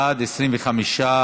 ניכרת את תוחלת